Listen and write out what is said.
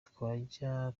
twajya